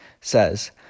says